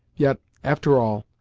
yet, after all,